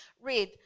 Read